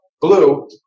blue